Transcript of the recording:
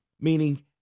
Meaning